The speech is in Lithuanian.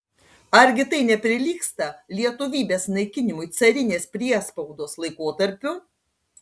argi tai neprilygsta lietuvybės naikinimui carinės priespaudos laikotarpiu